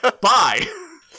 Bye